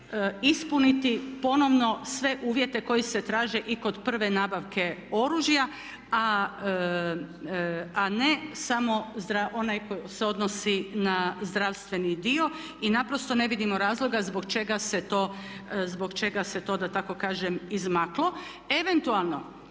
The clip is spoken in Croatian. ispuniti ponovno sve uvjete koji se traže i kod prve nabavke oružja, a ne samo onaj koji se odnosi na zdravstveni dio. I naprosto ne vidimo razloga zbog čega se to da tako kažem izmaklo. Eventualno